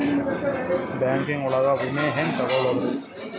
Banking ಒಳಗ ವಿಮೆ ಹೆಂಗ್ ತೊಗೊಳೋದ್ರಿ?